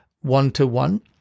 one-to-one